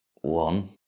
One